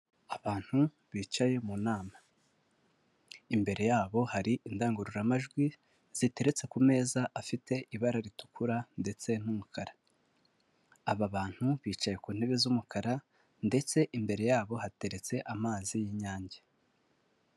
Abantu bicaye mu nama imbere yabo hari indangururamajwi ziteretse ku meza afite ibara ritukura ndetse n'umukara, aba bantu bicaye ku ntebe z'umukara ndetse imbere yabo hateretse amazi y'Inyange.